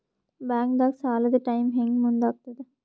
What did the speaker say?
ಬ್ಯಾಂಕ್ದಾಗ ಸಾಲದ ಟೈಮ್ ಹೆಂಗ್ ಮುಂದಾಕದ್?